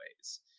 ways